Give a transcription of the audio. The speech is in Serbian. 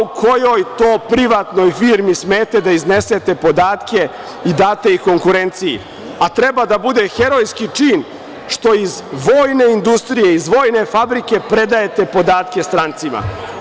U kojoj to privatnoj firmi smete da iznesete podatke i date ih konkurenciji, a treba da bude herojski čin što iz vojne industrije, iz vojne fabrike predajete podatke strancima?